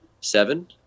Seven